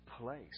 place